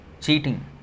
cheating